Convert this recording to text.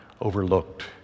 overlooked